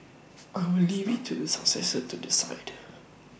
I will leave IT to the successor to decide